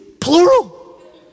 plural